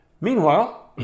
Meanwhile